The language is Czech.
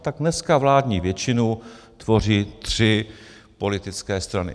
Tak dneska vládní většinu tvoří tři politické strany.